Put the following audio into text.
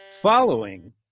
Following